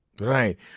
Right